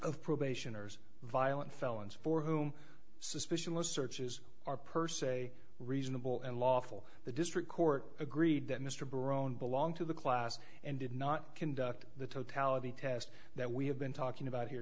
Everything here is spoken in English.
of probationers violent felons for whom suspicion was searches are per se reasonable and lawful the district court agreed that mr barone belonged to the class and did not conduct the totality test that we have been talking about here